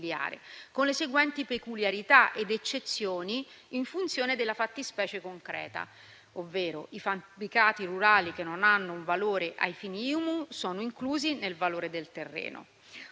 con le seguenti peculiarità ed eccezioni in funzione della fattispecie concreta; i fabbricati rurali che non hanno un valore ai fini IMU sono inclusi nel valore del terreno,